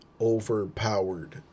overpowered